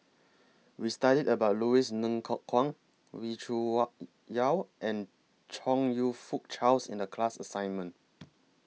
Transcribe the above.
We studied about Louis Ng Kok Kwang Wee Cho Yaw and Chong YOU Fook Charles in The class assignment